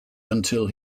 until